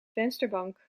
vensterbank